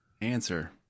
answer